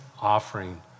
offering